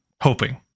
Hoping